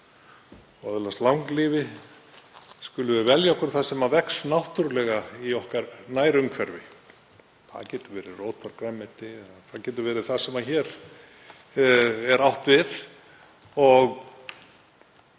og öðlast langlífi skulum við velja okkur það sem vex náttúrlega í okkar nærumhverfi. Það getur verið rótargrænmeti eða það sem hér er átt við.